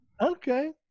Okay